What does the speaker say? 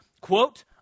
quote